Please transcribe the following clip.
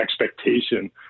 expectation